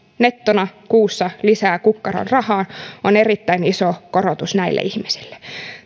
nettona kuussa lisää kukkaroon rahaa on erittäin iso korotus näille ihmisille